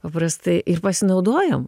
paprastai ir pasinaudojam